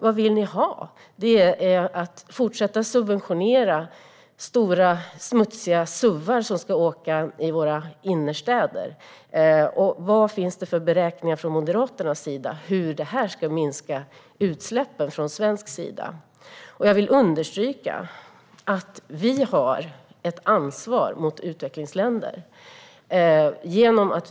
Vad vill ni ha? Vill ni fortsätta subventionera stora, smutsiga suvar som ska åka runt i våra innerstäder? Vilka beräkningar har Moderaterna för hur det ska minska Sveriges utsläpp? Jag vill understryka att vi har ett ansvar gentemot utvecklingsländerna.